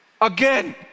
again